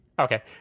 Okay